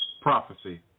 prophecy